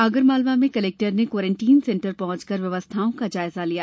आगरमालवा में कलेक्टर ने quarantine centre पहुंचकर व्यवस्थाओं का जायजा लिया